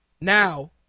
Now